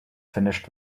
finished